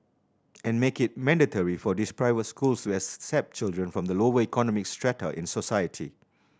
and make it mandatory for these private schools accept children from the lower economic strata in society